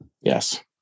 Yes